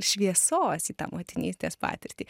šviesos į tą motinystės patirtį